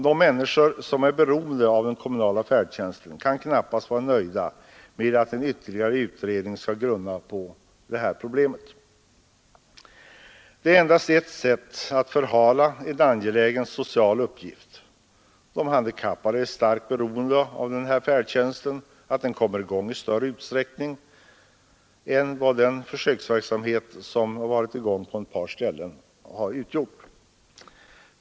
De människor som är beroende av den kommunala färdtjänsten kan knappast vara nöjda med att en ytterligare utredning skall grunna på det här problemet. Det är endast ett sätt att förhala lösningen av en angelägen social uppgift. De handikappade är starkt beroende av att färdtjänsten kommer i gång i större utsträckning än genom försöksverksamhet på ett par ställen.